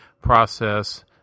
process